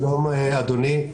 שלום, אדוני.